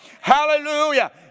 hallelujah